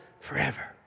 forever